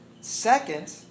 Second